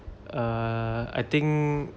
err I think